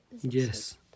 Yes